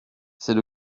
c’est